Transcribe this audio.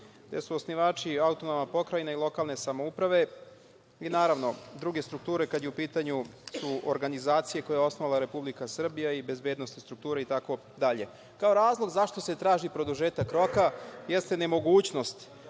gde su osnivači autonomna pokrajina i lokalne samouprave, i naravno, druge strukture kada su u pitanju organizacije koje je osnovala Republika Srbija i bezbednosne strukture itd. Kao razlog zašto se traži produžetak roka jeste nemogućnost